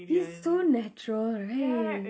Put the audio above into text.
he's so natural right